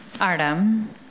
Artem